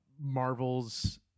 Marvel's